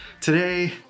Today